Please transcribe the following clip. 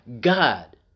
God